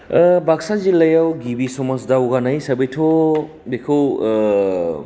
ओ बाक्सा जिल्लायाव गिबि समाज दावगानाय हिसाबैथ' बेखौ ओ